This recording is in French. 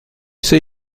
sais